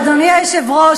אדוני היושב-ראש,